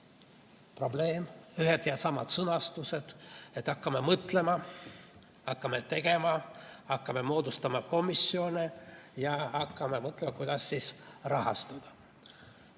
probleem, üks ja sama sõnastus, et hakkame mõtlema, hakkame tegema, hakkame moodustama komisjone ja hakkame mõtlema, kuidas rahastada.